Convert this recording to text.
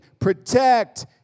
Protect